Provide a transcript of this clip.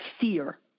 fear